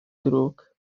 drwg